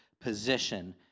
position